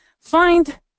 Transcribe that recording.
find